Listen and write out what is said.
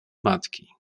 matki